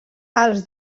els